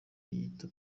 wiyita